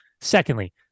Secondly